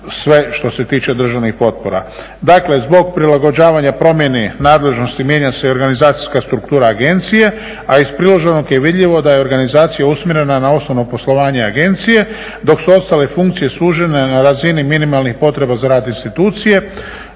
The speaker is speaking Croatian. sve što se tiče državnih potpora. Dakle, zbog prilagođavanja promjeni nadležnosti mijenja se i organizacijska struktura agencije, a iz priloženog je vidljivo da je organizacija usmjerena na osnovno poslovanje agencije dok su ostale funkcije sužene na razini minimalnih potreba za rad institucije.